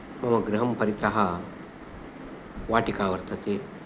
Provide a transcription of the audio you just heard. मम गृहं परितः वाटिका वर्तते